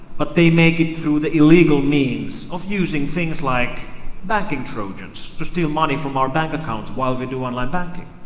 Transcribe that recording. but they make it through the illegal means of using things like banking trojans to steal money from our bank accounts while we do online banking,